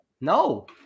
No